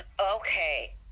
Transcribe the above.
Okay